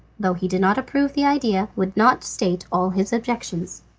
though he did not approve the idea, would not state all his objections.